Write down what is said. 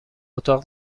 اتاق